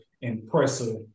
Impressive